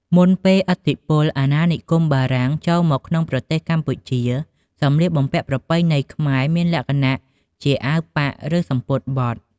មុនពេលឥទ្ធិពលអាណានិគមបារាំងចូលមកក្នុងប្រទេសកម្ពុជា សម្លៀកបំពាក់ប្រពៃណីខ្មែរមានលក្ខណៈជា អាវប៉ាក់ ឬ សំពត់បត់។